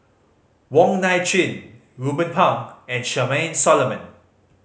Wong Nai Chin Ruben Pang and Charmaine Solomon